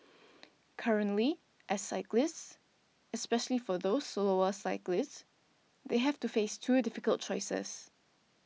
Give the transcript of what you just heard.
currently as cyclists especially for those slower cyclists they have to face two difficult choices